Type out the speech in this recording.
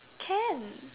can